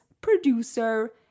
producer